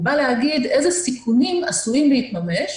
הוא בא להגיד איזה סיכונים עשויים להתממש,